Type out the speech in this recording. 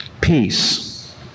peace